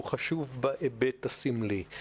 הוא חשוב בהיבט הסמלי.